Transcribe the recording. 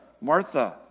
Martha